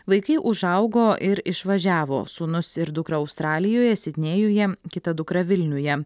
vaikai užaugo ir išvažiavo sūnus ir dukra australijoje sidnėjuje kita dukra vilniuje